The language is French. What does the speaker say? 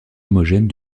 homogène